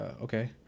okay